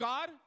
God